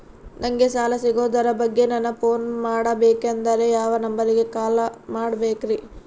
ನಂಗೆ ಸಾಲ ಸಿಗೋದರ ಬಗ್ಗೆ ನನ್ನ ಪೋನ್ ಮಾಡಬೇಕಂದರೆ ಯಾವ ನಂಬರಿಗೆ ಕಾಲ್ ಮಾಡಬೇಕ್ರಿ?